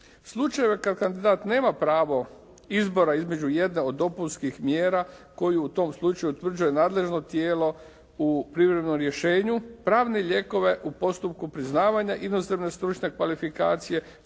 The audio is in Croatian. slučajeve kad kandidat nema pravo izbora između jedne od dopunskih mjera koju u tom slučaju utvrđuje nadležno tijelo u privremenom rješenju, pravne lijekove u postupku priznavanja inozemne stručne kvalifikacije,